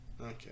okay